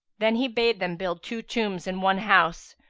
then he bade them build two tombs in one house,